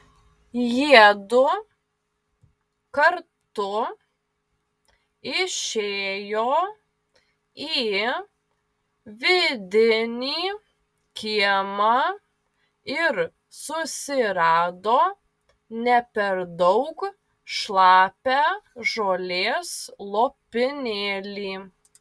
jiedu kartu išėjo į vidinį kiemą ir susirado ne per daug šlapią žolės lopinėlį